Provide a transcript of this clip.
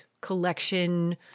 collection